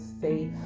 safe